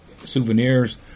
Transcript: souvenirs